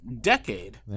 decade